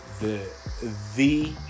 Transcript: the—the—